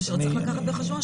יש עוד צד שצריך לקחת בחשבון,